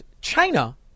China